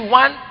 one